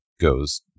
goes